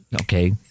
okay